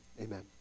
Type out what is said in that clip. Amen